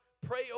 pray